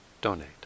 donate